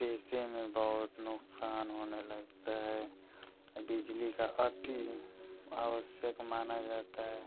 पैसे में बहुत नुकसान होने लगता है बिजली का अति आवश्यक माना जाता है